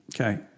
Okay